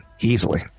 easily